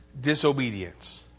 disobedience